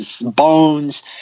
bones